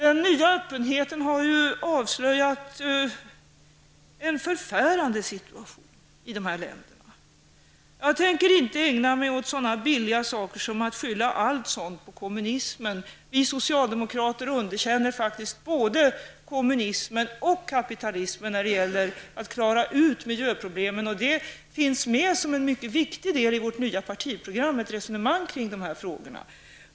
Den nya öppenheten har ju avslöjat en förfärande situation i dessa länder. Jag tänker inte ägna mig åt så billiga saker som att skylla allt det på kommunismen. Vi socialdemokrater underkänner faktiskt både kommunismen och kapitalismen när det gäller att klara ut miljöproblemen. Ett resonemang kring dessa frågor finns som en mycket viktig del med i vårt nya partiprogram.